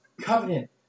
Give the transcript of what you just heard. covenant